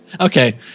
okay